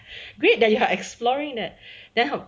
great that you are exploring it then how